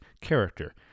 character